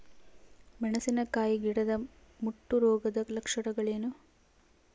ಮೆಣಸಿನಕಾಯಿ ಗಿಡದ ಮುಟ್ಟು ರೋಗದ ಲಕ್ಷಣಗಳೇನು?